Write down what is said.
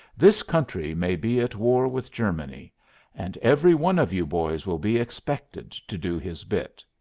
this country may be at war with germany and every one of you boys will be expected to do his bit.